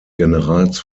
generals